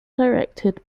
directed